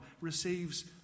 receives